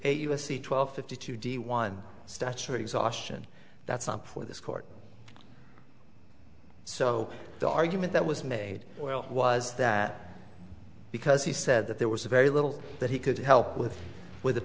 c twelve fifty two d one statute exhaustion that's not for this court so the argument that was made well was that because he said that there was a very little that he could help with with the